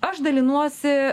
aš dalinuosi